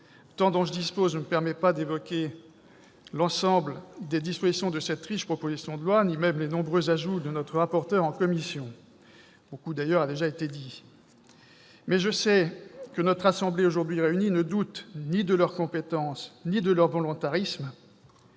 le temps dont je dispose ne me permet pas d'évoquer l'ensemble des dispositions de cette riche proposition de loi ni même les nombreux ajouts de notre rapporteur en commission- beaucoup, d'ailleurs, a déjà été dit -, mais je sais que notre assemblée aujourd'hui réunie ne doute ni de leur compétence ni de leur volontarisme.